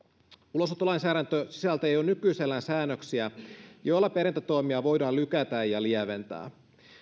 ulosottolainsäädäntö sisältää jo nykyisellään säännöksiä joilla perintätoimia voidaan lykätä ja lieventää